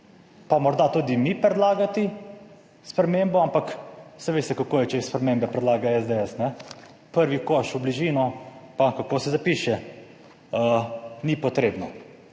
pa morda tudi mi predlagati spremembo. Ampak saj veste kako je, če spremembe predlaga SDS? Prvi koš v bližino, pa - kako se zapiše? -, ni potrebno.